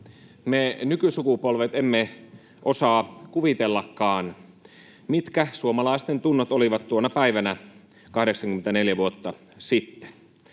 Me nykysukupolvet emme osaa kuvitellakaan, mitkä suomalaisten tunnot olivat tuona päivänä 84 vuotta sitten.